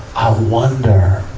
i wonder,